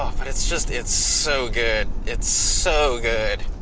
um but it's just, it's so good, it's so good.